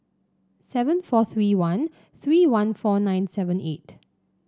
seven four three one three one four nine seven eight